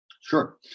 Sure